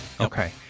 okay